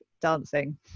dancing